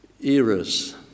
eras